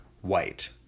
white